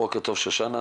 בוקר טוב שושנה.